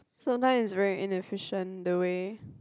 so now is very inefficient the way